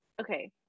okay